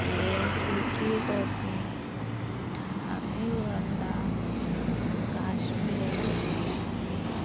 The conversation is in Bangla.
এ তুই কী করবি আমি বললাম কাশ্মীরে গিয়ে আমি